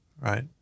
right